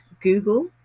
Google